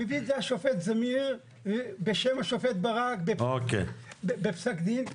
מביא את זה השופט זמיר בשם השופט ברק בפסק דין,